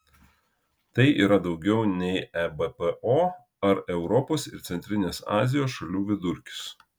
tai yra daugiau nei ebpo ar europos ir centrinės azijos šalių vidurkis